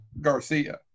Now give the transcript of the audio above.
Garcia